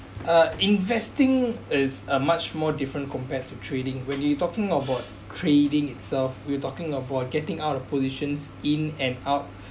uh investing is a much more different compared to trading when you talking about trading itself we're talking about getting out of positions in and out